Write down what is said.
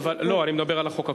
לא, אני מדבר על החוק הקודם.